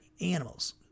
animals